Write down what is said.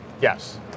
Yes